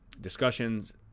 discussions